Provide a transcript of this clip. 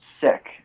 sick